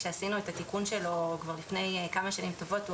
עשינו את התיקון שלו לפני כמה שנים טובות,